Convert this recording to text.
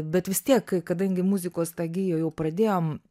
bet vis tiek kadangi muzikos tą giją jau pradėjom